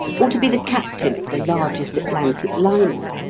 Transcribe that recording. or to be the captain of the largest atlantic liner.